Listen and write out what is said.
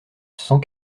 cent